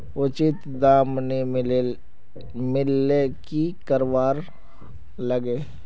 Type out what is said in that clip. उचित दाम नि मिलले की करवार लगे?